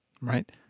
Right